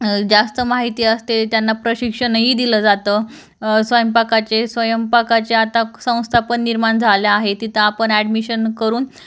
जास्त माहिती असते त्यांना प्रशिक्षणही दिलं जातं स्वयंपाकाचे स्वयंपाकाचे आता संस्था पण निर्माण झाल्या आहे तिथं आपण ऍडमिशन करून